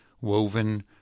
woven